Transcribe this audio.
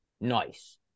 nice